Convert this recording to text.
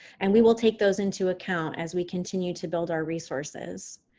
and we will take those into account as we continue to build our resources.